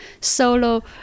solo